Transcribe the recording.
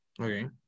Okay